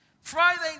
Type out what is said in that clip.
Friday